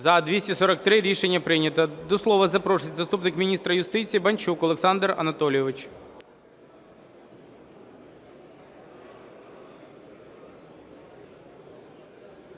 За-243 Рішення прийнято. До слова запрошується заступник міністра юстиції Банчук Олександр Анатолійович.